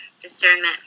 discernment